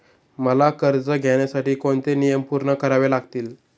मला कर्ज घेण्यासाठी कोणते नियम पूर्ण करावे लागतील?